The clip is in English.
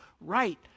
right